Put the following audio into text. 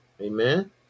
Amen